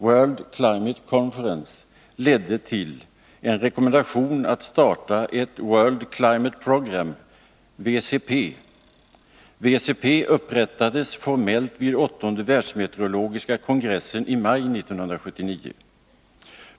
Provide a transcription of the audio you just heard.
World Climate Conference ledde till en rekommendation om startande av ett World Climate Programme . WCP upprättades formellt vid åttonde världsmeteorologiska kongressen i maj 1979.